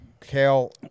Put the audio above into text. Kale